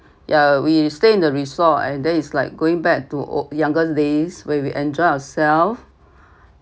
ya we stay in the resort and there is like going back to o~ younger days where we enjoy ourselves